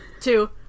two